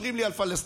מדברים לי על פלסטין,